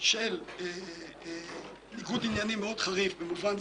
אני עכשיו יכול לקדם חוק שהוא מביא ויוזם אותו?",